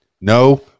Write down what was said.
no